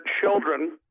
children